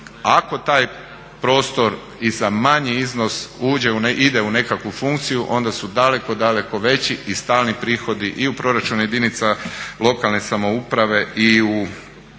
Ako taj prostor i za manji iznos ide u nekakvu funkciju onda su daleko, daleko veći i stalni prihodi i u proračunu jedinica lokalne samouprave i u